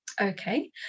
Okay